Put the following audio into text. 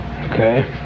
okay